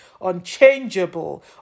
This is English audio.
unchangeable